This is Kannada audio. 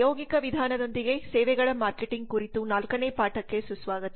ಪ್ರಾಯೋಗಿಕ ವಿಧಾನದೊಂದಿಗೆ ಸೇವೆಗಳ ಮಾರ್ಕೆಟಿಂಗ್ ಕುರಿತು 4 ನೇ ಪಾಠಕ್ಕೆ ಸುಸ್ವಾಗತ